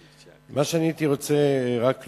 מה שאני הייתי רוצה רק לומר: